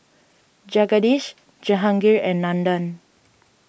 Jagadish Jehangirr and Nandan